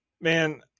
man